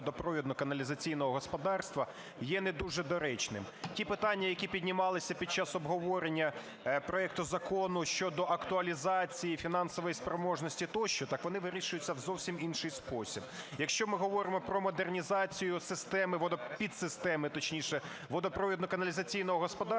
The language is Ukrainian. водопровідно-каналізаційного господарства є не дуже доречним. Ті питання, які піднімалися під час обговорення проекту Закону щодо актуалізації фінансової спроможності, тощо, так вони вирішуються в зовсім інший спосіб. Якщо ми говоримо про модернізацію системи, підсистеми точніше, водопровідно-каналізаційного господарства,